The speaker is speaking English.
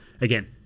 again